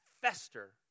fester